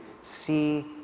see